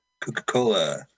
Coca-Cola